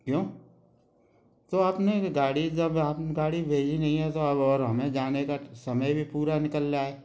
क्यों तो आपने गाड़ी जब आपने गाड़ी भेजी नहीं है तो अब और हमें जाने का समय भी पूरा निकल रहा है